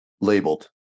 labeled